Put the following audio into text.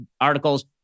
articles